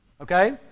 Okay